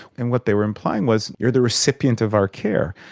and what they were implying was you're the recipient of our care.